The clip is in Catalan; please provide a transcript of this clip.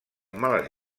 males